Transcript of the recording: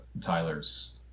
tyler's